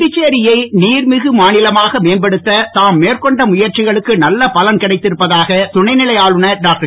புதுச்சேரியை நீர்மிகு மாநிலமாக மேம்படுத்த தாம் மேற்கொண்ட முயற்சிகளுக்கு நல்ல பலன் கிடைத்திருப்பதாக துணைநிலை ஆளுநர் டாக்டர்